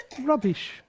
Rubbish